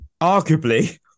arguably